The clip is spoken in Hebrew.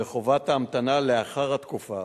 וחובת ההמתנה לאחר התקופה